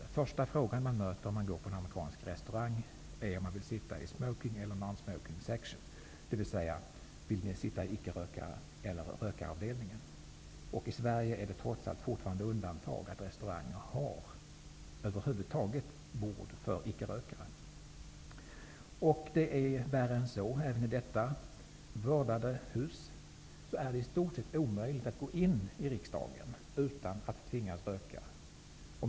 Den första fråga man möter på en amerikansk restaurang gäller om man vill sitta i ''smoking section'' eller i ''non-smoking section'', dvs. om man vill sitta i avdelningen för rökare eller i avdelningen för icke-rökare. I Sverige är det trots allt fortfarande undantag att restauranger har bord för icke-rökare. Det är värre än så. Även detta vördade hus berörs. Det är i stort sett omöjligt att gå in i riksdagen utan att tvingas röka.